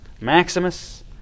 Maximus